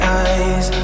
eyes